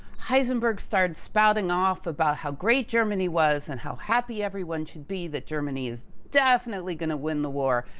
heisenberg started spouting off about how great germany was and how happy everyone should be that germany is definitely gonna win the war.